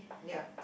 ya